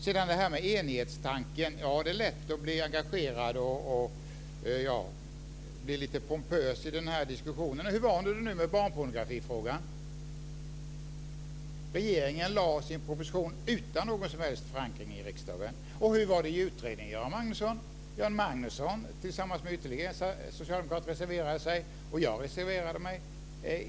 Sedan detta med enighetstanken - ja, det är lätt att bli engagerad och lite pompös i den här diskussionen. Hur var det nu med barnpornografifrågan? Regeringen lade fram sin proposition utan någon som helst förankring i riksdagen. Och hur var det i utredningen, Göran Magnusson? Göran Magnusson tillsammans med ytterligare en socialdemokrat reserverade sig, och även jag reserverade mig.